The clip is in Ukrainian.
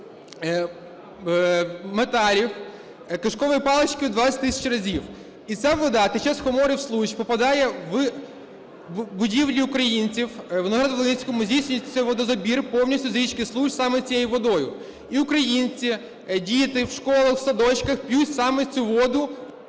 металів, кишкової палички у 20 тисяч разів. І ця вода тече з Хомори в Случ, попадає у будівлі українців, в Новоград-Волинському здійснюється водозабір повністю з річки Случ саме цією водою. І українці, діти в школах, у садочках п'ють саме цю воду…